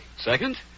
Second